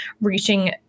reaching